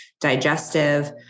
digestive